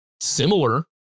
similar